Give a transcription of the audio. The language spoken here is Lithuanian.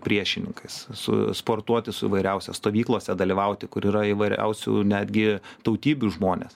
priešininkais su sportuoti su įvairiausia stovyklose dalyvauti kur yra įvairiausių netgi tautybių žmonės